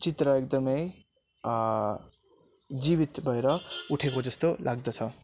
चित्र एकदमै जिवित भएर उठेको जस्तो लाग्दछ